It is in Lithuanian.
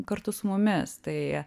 kartu su mumis tai